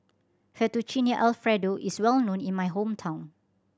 Fettuccine Alfredo is well known in my hometown